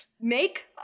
Make